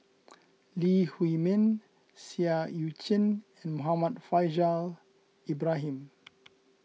Lee Huei Min Seah Eu Chin and Muhammad Faishal Ibrahim